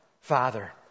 Father